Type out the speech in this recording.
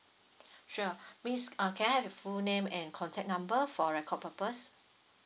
sure miss uh can I have your full name and contact number for record purpose